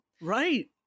Right